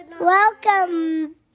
Welcome